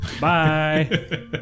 Bye